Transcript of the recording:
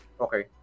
okay